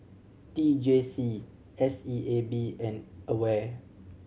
T J C S E A B and AWARE